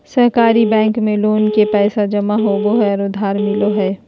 सहकारी बैंक में लोग के पैसा जमा होबो हइ और उधार मिलो हइ